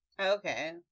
Okay